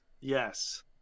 Yes